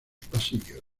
pasillos